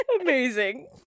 amazing